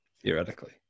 theoretically